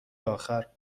آخر